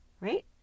Right